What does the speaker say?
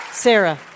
Sarah